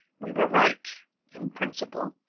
we were right in principle,